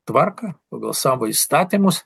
tvarką pagal savo įstatymus